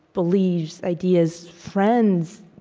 beliefs, ideas, friends,